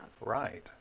Right